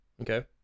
okay